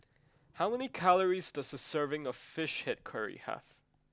how many calories does a serving of Fish Head Curry have